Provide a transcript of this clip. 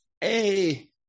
Hey